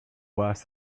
worse